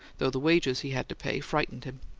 though the wages he had to pay frightened him.